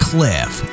Cliff